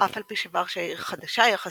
אף על פי שוורשה היא עיר חדשה יחסית,